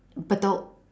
bedok